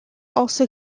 also